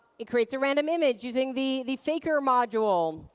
it creates a random image using the the faker module.